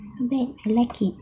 not bad I like it